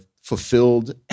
fulfilled